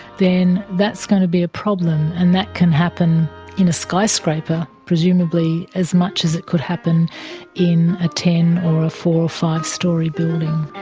then that's going to be a problem, and that can happen in a skyscraper presumably as much as it could happen in a ten or a four or five storey building.